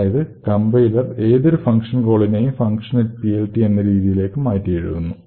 അതായത് മുൻപ് പറഞ്ഞതുപോലെ കംപൈലെർ function എന്ന ഒരു ഫങ്ഷൻ കോളിനെ functionPLT എന്ന കോൾ ആക്കി മാറ്റിയെഴുതുന്നു